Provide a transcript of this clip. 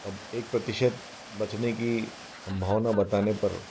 अब एक प्रतिशत बचने की सम्भावना बताने पर